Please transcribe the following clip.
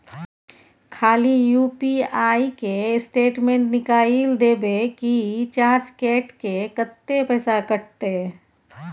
खाली यु.पी.आई के स्टेटमेंट निकाइल देबे की चार्ज कैट के, कत्ते पैसा कटते?